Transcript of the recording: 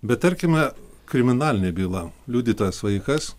bet tarkime kriminalinė byla liudytojas vaikas